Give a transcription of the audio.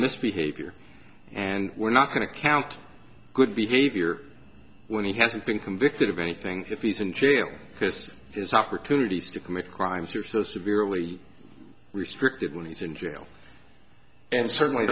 misbehavior and we're not going to count good behavior when he hasn't been convicted of anything if he's in jail because his opportunities to commit crimes are so severely restricted when he's in jail and certainly